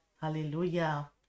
Hallelujah